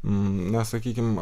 na sakykim